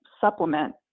supplement